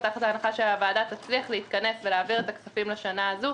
או תחת ההנחה שהוועדה תצליח להתכנס ולהעביר את הכספים לשנה הזו,